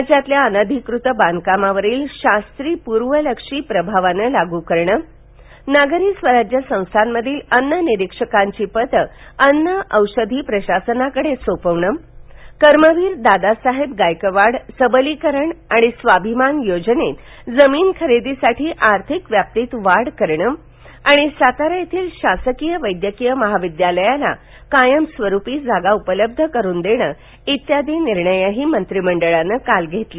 राज्यातील अनधिकृत बांधकामावरील शास्ती पूर्वलक्षी प्रभावानं लागू करणं नागरी स्वराज्य संस्थांमधील अन्न निरीक्षकांची पदे अन्न औषधी प्रशासनाकडे सोपवणं कर्मवीर दादासाहेब गायकवाड सबलीकरण आणि स्वाभिमान योजनेत जमीन खरेदीसाठी आर्थिक व्याप्तीत वाढ करणं आणि सातारा येथील शासकीय वैद्यकीय महाविद्यालयाला कायमस्वरूपी जागा उपलब्ध करून देणं आदि निर्णयही मंत्रिमंडळान काल घेतले